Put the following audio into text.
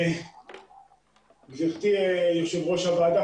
גברתי יושבת-ראש הוועדה,